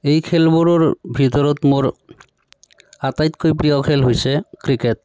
এই খেলবোৰৰ ভিতৰত মোৰ আটাইতকৈ প্ৰিয় খেল হৈছে ক্ৰিকেট